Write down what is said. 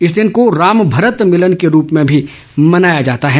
इस दिन को राम भरत भिलन के रूप में भी मनाया जाता है